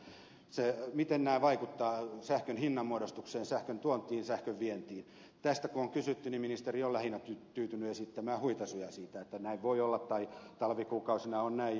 kun on kysytty miten nämä vaikuttavat sähkön hinnanmuodostukseen sähkön tuontiin sähkön vientiin ministeri on lähinnä tyytynyt esittämään huitaisuja siitä että näin voi olla tai talvikuukausina on näin jnp